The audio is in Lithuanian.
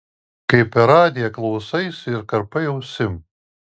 kai per radiją klausaisi ir karpai ausim